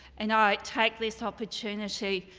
and i take this opportunity,